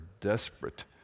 desperate